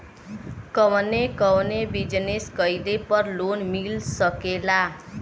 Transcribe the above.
कवने कवने बिजनेस कइले पर लोन मिल सकेला?